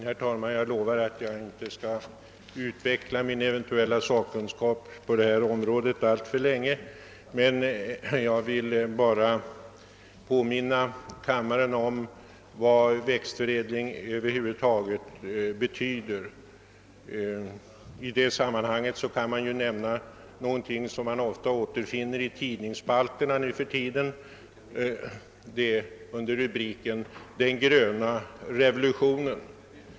Herr talman! Jag lovar att jag inte alltför länge skall utveckla min eventuella sakkunskap på detta område. Jag vill bara påminna kammarens ledamöter om vad växtförädling över huvud taget betyder. I det sammanhanget vill jag nämna något om det som man ofta återfinner i tidningarna under rubriken »Den gröna revolutionen».